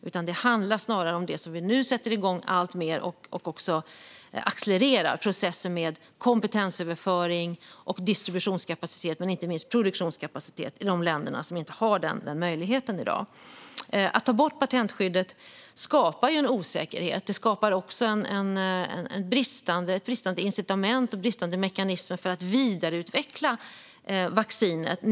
Snarare handlar det om det som vi nu sätter igång alltmer och accelererar, nämligen processen med kompetensöverföring, distributionskapacitet och, inte minst, produktionskapacitet i de länder som inte har den möjligheten i dag. Att ta bort patentskyddet skapar osäkerhet. Det skapar också bristande incitament och mekanismer för att vidareutveckla vaccinet.